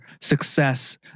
success